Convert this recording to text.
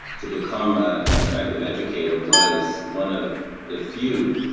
to become ah an effective educator was one of the few